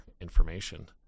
information